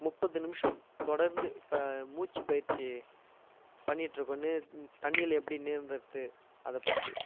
முப்பது நிமிஷம் தொடர்ந்து இப்போ மூச்சுப் பயிற்சி பண்ணிட்டிருக்கோன்னு தண்ணியில எப்படி நீந்துறது அதைப்பத்தி